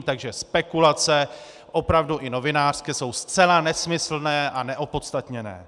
Takže spekulace, opravdu i novinářské, jsou zcela nesmyslné a neopodstatněné.